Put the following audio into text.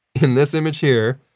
in this image here,